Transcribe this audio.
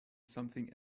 something